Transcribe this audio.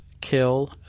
Kill